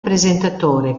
presentatore